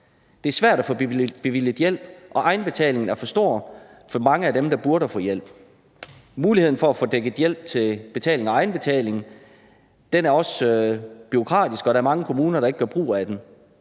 Det er svært at få bevilget hjælp, og egenbetalingen er for stor for mange af dem, der burde have fået hjælp. Muligheden for at få dækket hjælp til betaling af egenbetaling er også bureaukratisk, og der er mange kommuner, der ikke gør brug af den.